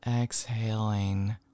exhaling